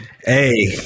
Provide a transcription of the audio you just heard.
Hey